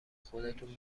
خودتون